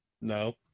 No